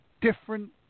different